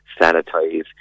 sanitize